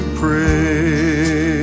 pray